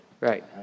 Right